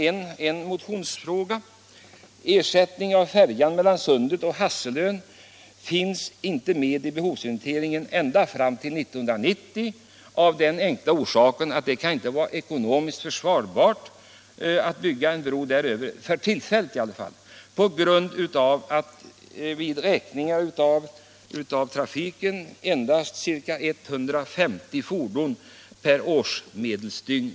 Ersättning av färjan mellan Sundet och Hasselön finns inte med i behovsinventeringen ända fram till år 1990 av den enkla anledningen att det inte kan vara försvarbart att bygga en bro däröver, i varje fall inte för tillfället. Vid räkning av trafiken har det nämligen visat sig att endast ca 150 fordon passerar per årsmedeldygn.